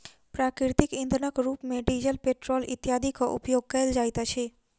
प्राकृतिक इंधनक रूप मे डीजल, पेट्रोल इत्यादिक उपयोग कयल जाइत अछि